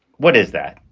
what is that?